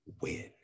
win